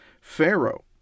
Pharaoh